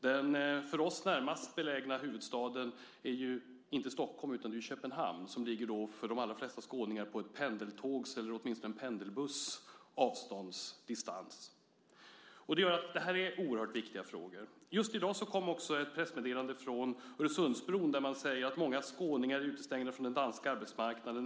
Den för oss närmast belägna huvudstaden är inte Stockholm utan Köpenhamn, som för de allra flesta skåningar ligger om inte på pendeltågsavstånd så åtminstone på pendelbussavstånd. Det är oerhört viktiga frågor. Just i dag kom ett pressmeddelande från Öresundsbron där man säger att många skåningar är utestängda från den danska arbetsmarknaden.